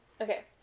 Okay